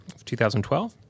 2012